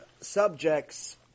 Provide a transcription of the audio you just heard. subjects